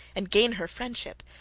and gain her friendship,